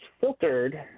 filtered